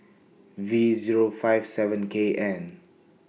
V Zero five seven K N